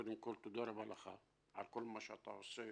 קודם כל תודה רבה לך על כל מה שאתה עושה